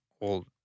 old